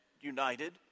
united